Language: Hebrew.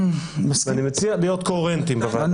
ואני מציע להיות קוהרנטיים בוועדה.